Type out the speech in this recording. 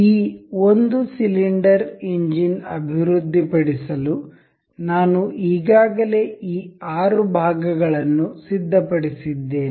ಈ ಒಂದು cylinder engine ಅಭಿವೃದ್ಧಿಪಡಿಸಲು ನಾನು ಈಗಾಗಲೇ ಈ 6 ಭಾಗಗಳನ್ನು ಸಿದ್ಧಪಡಿಸಿದ್ದೇನೆ